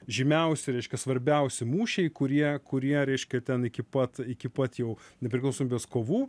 žymiausi reiškia svarbiausi mūšiai kurie kurie reiškia ten iki pat iki pat jau nepriklausomybės kovų